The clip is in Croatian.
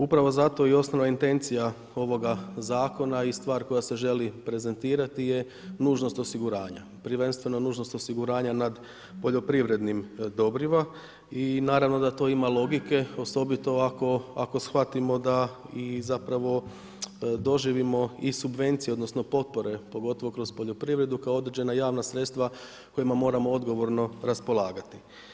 Upravo zato i osnovna intencija ovoga zakona i stvar koja se želi prezentirati je nužnost osiguranja, prvenstveno nužnost osiguranja nad poljoprivrednim dobrima i naravno da to ima logike, osobito ako shvatimo da i zapravo doživimo i subvencije, odnosno potpore, pogotovo kroz poljoprivredu kao određena javna sredstva kojima moramo odgovorno raspolagati.